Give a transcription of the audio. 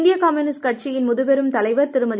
இந்திய கம்யூனிஸ்ட் கட்சியின் முதுபெரும் தலைவர் திருமதி